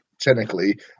technically